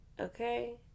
okay